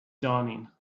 dawning